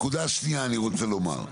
נקודה שניה אני רוצה לומר,